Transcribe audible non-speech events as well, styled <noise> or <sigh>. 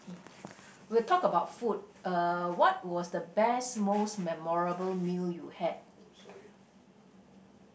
<noise> we'll talk about food uh what was the best most memorable meal you had <noise>